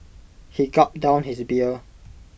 he gulped down his beer